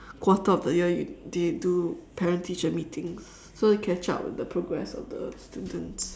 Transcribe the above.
quarter of the year they do parent teacher meeting so they catch up with the progress of the students